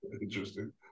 Interesting